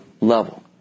level